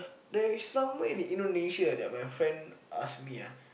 there is somewhere in Indonesia that my friend ask me ah